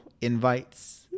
invites